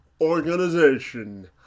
organization